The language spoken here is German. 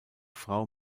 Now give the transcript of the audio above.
frau